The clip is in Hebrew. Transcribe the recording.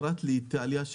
פרט לאיטליה,